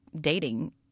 dating –